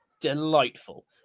delightful